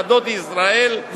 עדות ישראל,